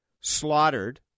slaughtered